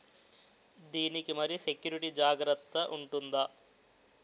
దీని కి మరి సెక్యూరిటీ జాగ్రత్తగా ఉంటుందా?